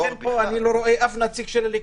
אני לא רואה פה היום אף נציג של הליכוד.